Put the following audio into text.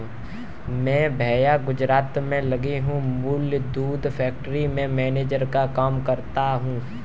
मेरे भैया गुजरात में लगी हुई अमूल दूध फैक्ट्री में मैनेजर का काम करते हैं